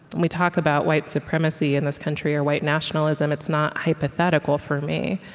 we talk about white supremacy in this country, or white nationalism. it's not hypothetical, for me.